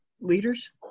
leaders